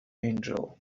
angel